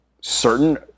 certain